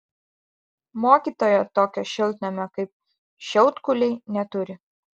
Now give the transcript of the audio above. mokytoja tokio šiltnamio kaip šiaudkuliai neturi